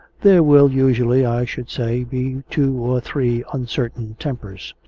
there will usually, i should say, be two or three uncertain tempers.